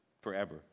forever